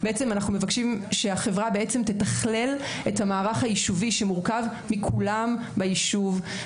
אנחנו מבקשים שהחברה תתכלל את המערך היישובי שמורכב מכולם ביישוב,